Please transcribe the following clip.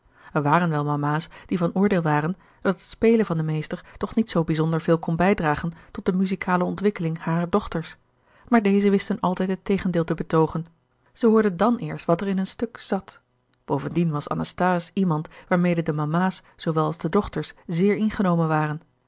er waren wel mama's die van oordeel waren dat het spelen van den meester toch niet zoo bijzonder veel kon bijdragen tot de muzikale ontwikkeling harer dochters maar deze wisten altijd het tegendeel te betoogen zij hoorden dan eerst wat er in een stuk zat bovendien was anasthase iemand waarmede de mama's zoowel als de dochters zeer ingenomen waren